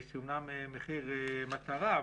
יש מחיר מטרה,